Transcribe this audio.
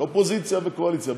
אופוזיציה וקואליציה,